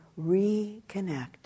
reconnect